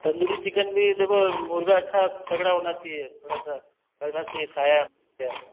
tandoori chicken भी देखो मुर्गा अच्छा तकड़ा होना चाहिए थोड़ा सा लगना चाहिए खाया है